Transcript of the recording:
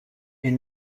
est